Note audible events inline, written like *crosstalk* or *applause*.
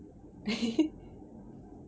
*laughs*